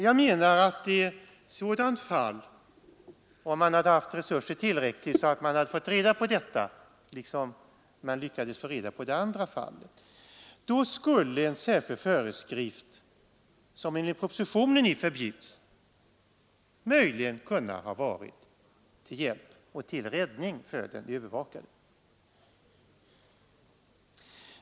Jag menar att i ett sådant fall — om man hade haft tillräckliga resurser, så att man hade fått reda på det, liksom man lyckades få reda på det andra fallet — skulle en särskild föreskrift, som enligt propositionen nu förbjuds, möjligen ha kunnat vara till hjälp och till räddning för den övervakade.